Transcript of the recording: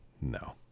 no